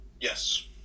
Yes